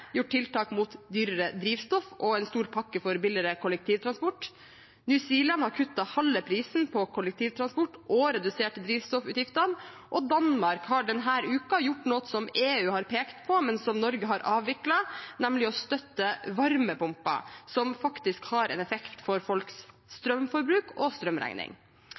gjort tiltak mot dyrere drivstoff og kommet med en stor pakke for billigere kollektivtransport. New Zealand har kuttet halve prisen på kollektivtransport og redusert drivstoffutgiftene, og Danmark har denne uken innført noe som EU har pekt på, men som Norge har avviklet, nemlig støtte til varmepumper, som faktisk har en effekt for folks strømforbruk og strømregning.